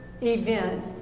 event